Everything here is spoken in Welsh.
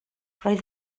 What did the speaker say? roedd